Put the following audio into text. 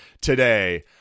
today